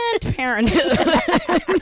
Parenthood